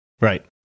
Right